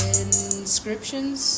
inscriptions